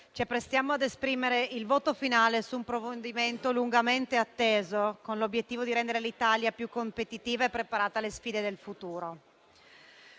ci apprestiamo ad esprimere il voto finale su un provvedimento lungamente atteso, con l'obiettivo di rendere l'Italia più competitiva e preparata alle sfide del futuro.